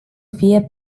fie